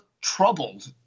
troubled